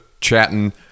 chatting